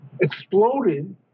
exploded